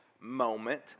moment